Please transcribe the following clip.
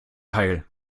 heil